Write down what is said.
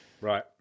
Right